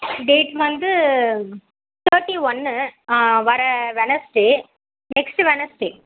date வந்து thirty ஒன்று ஆ வர வெட்னெஸ்டே நெக்ஸ்ட்டு வெட்னெஸ்டே